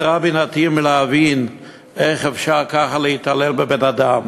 קצרה בינתי מלהבין איך אפשר ככה להתעלל בבן-אדם.